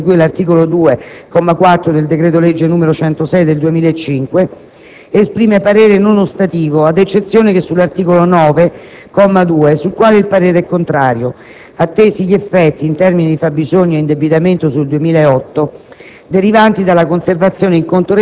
per i beneficiari del credito di imposta di cui all'articolo 2, comma 4, del decreto-legge n. 106 del 2005, esprime parere non ostativo, ad eccezione che sull'articolo 9, comma 2, sul quale il parere è contrario, attesi gli effetti, in termini di fabbisogno e indebitamento sul 2008,